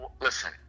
Listen